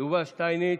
יובל שטייניץ,